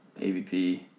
AVP